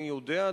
אני יודע,